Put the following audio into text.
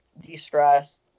de-stress